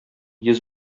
йөз